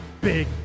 Big